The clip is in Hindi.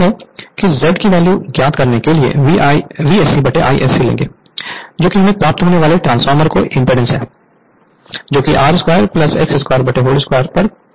Refer Slide Time 1449 तो इसका मतलब है कि Z की वैल्यू ज्ञात करने के लिए VscIsc लेंगे जो कि हमें प्राप्त होने वाले ट्रांसफार्मर का इमपीडांस है जो कि R 2 X2 2 पर मूल है